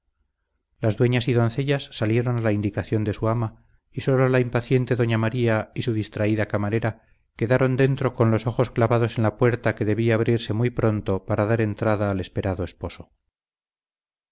las dueñas y doncellas salieron a la indicación de su ama y sólo la impaciente doña maría y su distraída camarera quedaron dentro con los ojos clavados en la puerta que debía abrirse muy pronto para dar entrada al esperado esposo